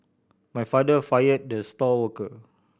my father fire the star worker